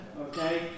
okay